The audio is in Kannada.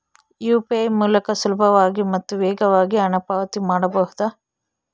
ಯು.ಪಿ.ಐ ಮೂಲಕ ಸುಲಭವಾಗಿ ಮತ್ತು ವೇಗವಾಗಿ ಹಣ ಪಾವತಿ ಮಾಡಬಹುದಾ?